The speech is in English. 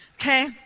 Okay